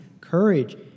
courage